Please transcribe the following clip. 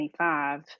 25